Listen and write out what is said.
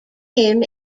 him